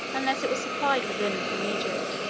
unless it was supplied with linen from egypt,